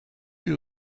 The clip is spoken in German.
die